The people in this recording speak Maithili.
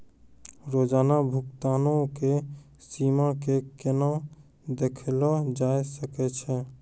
रोजाना भुगतानो के सीमा के केना देखलो जाय सकै छै?